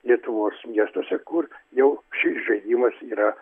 lietuvos miestuose kur jau šis žaidimas yra